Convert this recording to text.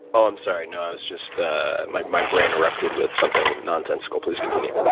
ah i'm sorry. no, i was just my my brain erupted with something nonsensical. please continue.